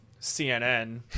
CNN